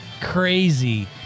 crazy